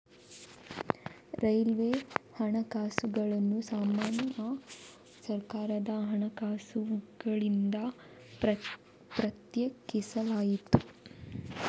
railway ಹಣಕಾಸುಗಳನ್ನು ಸಾಮಾನ್ಯ ಸರ್ಕಾರದ ಹಣಕಾಸುಗಳಿಂದ ಪ್ರತ್ಯೇಕಿಸಲಾಯಿತು